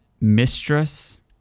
mistress